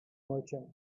merchant